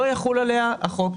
לא יחול עליה החוק.